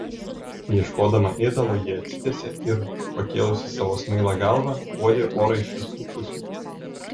ieškodama ėdalo ji atsitiesė ir pakėlusi savo smailą galvą uodė orą iš visų pusių